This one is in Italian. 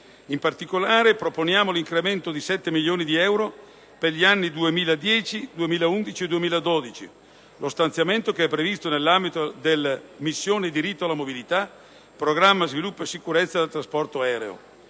In particolare, si incrementa di 7 milioni di euro per gli anni 2010, 2011 e 2012 lo stanziamento previsto nell'ambito della missione diritto alla mobilità, programma sviluppo e sicurezza del trasporto aereo»